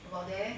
about there